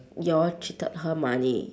you all cheated her money